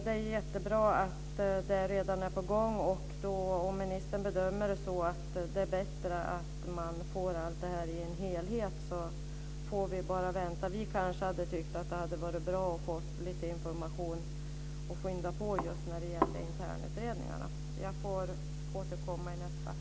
Det är jättebra att ett sådant arbete redan är på gång och att om ministern bedömer att det är bättre åstadkomma en helhet, får vi väl bara vänta. Vi tycker att det hade varit bra att få lite information och att man hade skyndat på just när det gäller internutredningar.